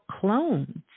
clones